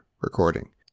recording